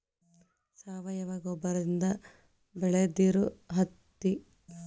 ಸಾವಯುವ ಗೊಬ್ಬರದಿಂದ ಬೆಳದಿರು ಹತ್ತಿ